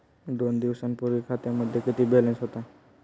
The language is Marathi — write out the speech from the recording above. दोन दिवसांपूर्वी खात्यामध्ये किती बॅलन्स होता?